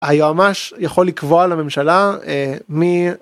אני ממש יכול לקבוע לממשלה מי.